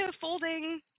Folding